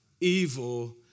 evil